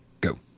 Go